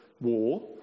War